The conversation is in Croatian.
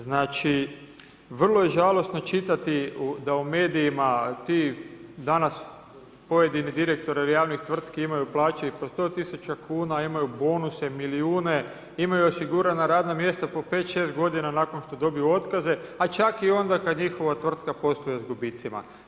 Znači, vrlo je žalosno čitati da u medijima ti danas pojedini direktori javnih tvrtki imaju plaće i po 100 tisuća kuna, imaju bonuse milijune, imaju osigurana radna mjesta po 5, 6 godina nakon što dobiju otkaze, pa čak i onda kad njihova tvrtka posluje s gubicima.